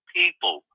people